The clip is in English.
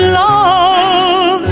love